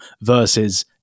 versus